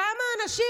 כמה אנשים,